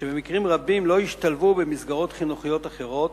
שבמקרים רבים לא השתלבו במסגרות חינוכיות אחרות,